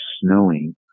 snowing